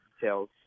details